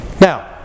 Now